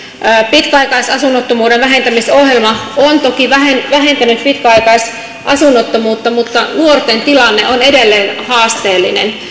pitkäaikaisasunnottomuuden vähentämisohjelma on toki vähentänyt pitkäaikaisasunnottomuutta mutta nuorten tilanne on edelleen haasteellinen